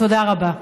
תודה רבה.